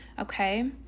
Okay